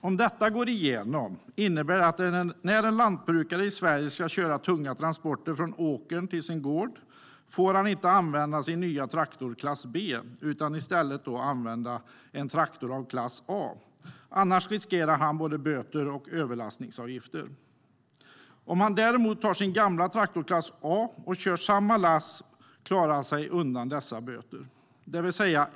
Om dessa regler går igenom innebär det att när en lantbrukare i Sverige ska köra tunga transporter från åkern till sin gård får han inte använda sin nya traktor b utan måste i stället använda en traktor av a. Annars riskerar han både böter och överlastningsavgifter. Om lantbrukaren däremot tar sin gamla traktor a och kör samma lass klarar han sig undan dessa böter.